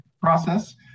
process